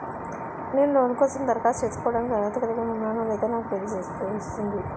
నేను లోన్ కోసం దరఖాస్తు చేసుకోవడానికి అర్హత కలిగి ఉన్నానో లేదో నాకు ఎలా తెలుస్తుంది?